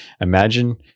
imagine